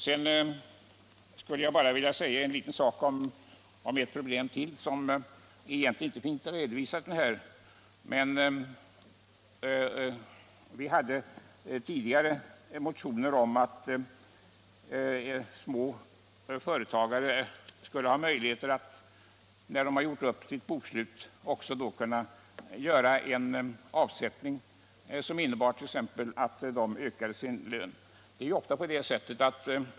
Sedan skulle jag bara vilja säga några ord om ytterligare ett problem, som egentligen inte finns redovisat i betänkandet. Vi hade tidigare motioner om att småföretagare skulle ha möjligheter att, när de gjort upp sitt bokslut, också göra en avsättning så att de ökade sin lön.